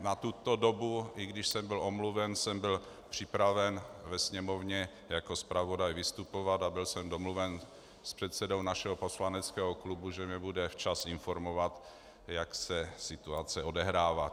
Na tuto dobu, i když jsem byl omluven, jsem byl připraven ve Sněmovně jako zpravodaj vystupovat a byl jsem domluven s předsedou našeho poslaneckého klubu, že mě bude včas informovat, jak se situace odehrává.